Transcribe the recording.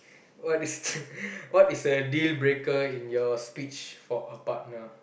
what is what is a dealbreaker in your search for a partner